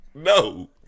No